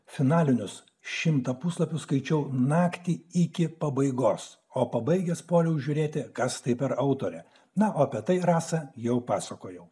finalinius šimtą puslapių skaičiau naktį iki pabaigos o pabaigęs puoliau žiūrėti kas tai per autore na o apie tai drąsą jau pasakojau